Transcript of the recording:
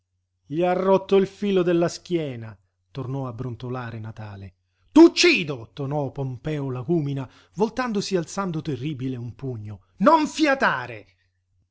gli ha rotto il filo della schiena tornò a brontolare natale t'uccido tonò pompeo lagúmina voltandosi e alzando terribile un pugno non fiatare